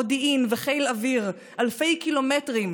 מודיעין וחיל אוויר אלפי קילומטרים,